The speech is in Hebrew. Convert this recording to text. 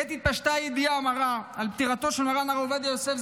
עת התפשטה הידיעה המרה על פטירתו של מרן הרב עובדיה יוסף,